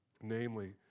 Namely